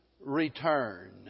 return